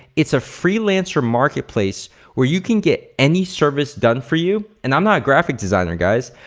it's a freelancer marketplace where you can get any service done for you, and i'm not a graphic designer guys.